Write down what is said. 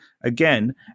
again